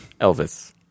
Elvis